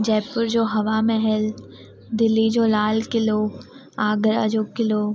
जयपुर जो हवामहल दिल्ली जो लाल किलो आगरा जो किलो